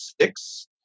six